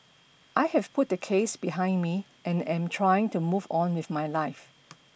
I have put the case behind me and am trying to move on with my life